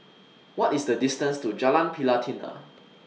What IS The distance to Jalan Pelatina